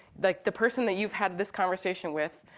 the the person that you've had this conversation with,